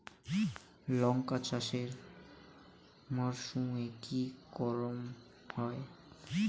লঙ্কা চাষ এই মরসুমে কি রকম হয়?